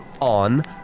on